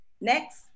Next